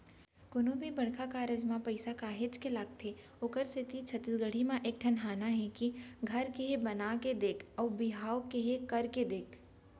कोनो भी बड़का कारज म पइसा काहेच के लगथे ओखरे सेती छत्तीसगढ़ी म एक ठन हाना हे घर केहे बना के देख अउ बिहाव केहे करके देख